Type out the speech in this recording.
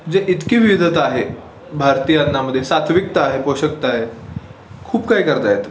जे इतकी विविधता आहे भारतीय अन्नामध्ये सात्त्विकता आहे पोषकता आहे खूप काही करता येतं